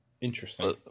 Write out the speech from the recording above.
Interesting